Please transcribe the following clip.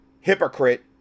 hypocrite